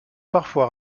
parfois